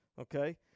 okay